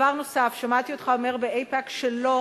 דבר נוסף, שמעתי אותך אומר באיפא"ק שלא